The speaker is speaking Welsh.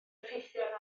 effeithio